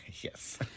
Yes